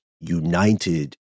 united